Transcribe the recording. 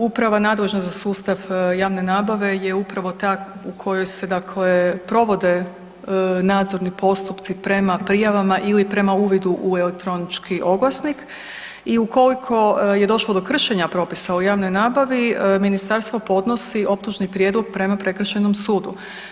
Uprava nadležna za sustav javne nabave je upravo ta u kojoj se provode nadzorni postupci prema prijavama ili prema uvidu u elektronički oglasnik i ukoliko je došlo do kršenja propisa u javnoj nabavi, ministarstvo podnosi optužni prijedlog prema prekršajnom sudu.